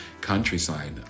countryside